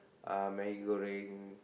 uh Maggi-Goreng